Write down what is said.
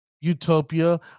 Utopia